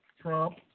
Trump